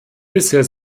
bisher